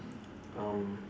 um